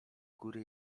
góry